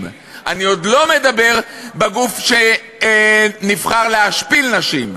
אני עוד לא מדבר בגוף שנבחר להשפיל נשים,